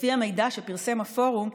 לפי המידע שפרסם הפורום,